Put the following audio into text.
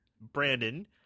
Brandon